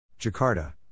Jakarta